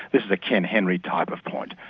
this is a ken henry type of point.